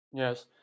Yes